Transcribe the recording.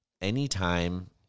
anytime